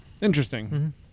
Interesting